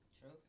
True